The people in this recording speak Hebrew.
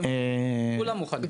כולם מוכנים.